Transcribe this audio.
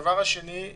הדבר השני,